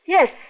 Yes